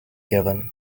given